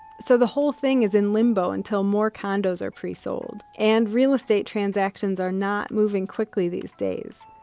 so the whole thing is in limbo until more condos are pre-sold, and real estate transactions are not moving quickly these days.